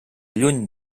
lluny